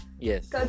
yes